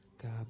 God